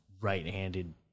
right-handed